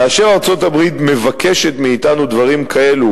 כאשר ארצות-הברית מבקשת מאתנו דברים כאלה,